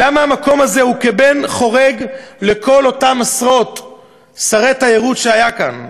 למה המקום הזה הוא כבן חורג לכל אותם עשרות שרי תיירות שהיו כאן?